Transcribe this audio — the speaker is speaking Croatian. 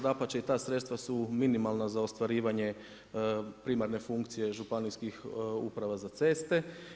Dapače i ta sredstva su minimalna za ostvarivanje primarne funkcije Županijskih uprava za ceste.